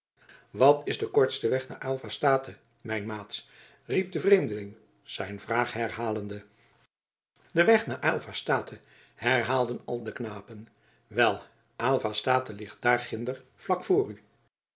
wat is de kortste weg naar aylva state mijn maats riep de vreemdeling zijn vraag herhalende de weg naar aylva state herhaalden al de knapen wel aylva state ligt daarginder vlak voor u